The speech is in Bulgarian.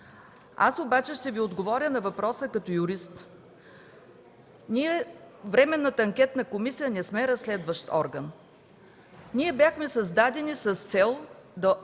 Ще Ви отговоря на въпроса като юрист. Временната анкетна комисия не е разследващ орган. Ние бяхме създадени с цел да